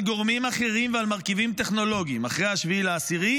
גורמים אחרים ועל מרכיבים טכנולוגיים אחרי 7 באוקטובר,